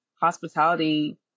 hospitality